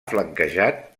flanquejat